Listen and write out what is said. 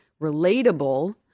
relatable